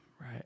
right